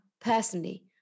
personally